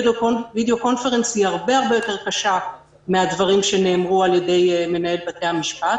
Conference היא הרבה הרבה יותר קשה מהדברים שנאמרו על ידי מנהל בתי המשפט.